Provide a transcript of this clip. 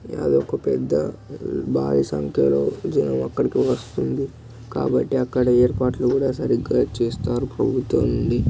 అది ఒక పెద్ద బారీ సంఖ్యలో జనం అక్కడికి వస్తుంది కాబట్టి అక్కడ ఏర్పాట్లు కూడా సరిగ్గా చేస్తారు ప్రభుత్వం నుండి